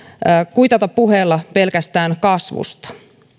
kuitata pelkästään puheella kasvusta